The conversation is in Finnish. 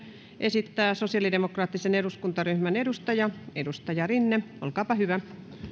esittää sosiaalidemokraattisen eduskuntaryhmän edustaja edustaja rinne olkaa hyvä